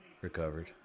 Recovered